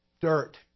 dirt